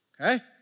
Okay